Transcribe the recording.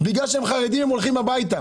הם הולכים הביתה